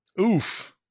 Oof